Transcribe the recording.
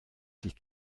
sich